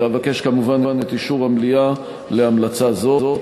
ואבקש כמובן את אישור המליאה להמלצה זו.